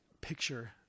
picture